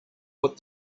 put